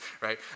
right